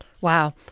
Wow